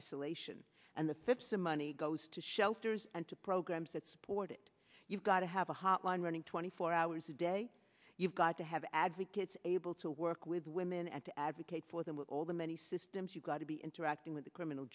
isolation and the fifth the money goes to shelters and to programs that support it you've got to have a hotline running twenty four hours a day you've got to have advocates able to work with women and to advocate for them with all the many systems you've got to be interacting with the criminal